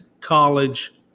college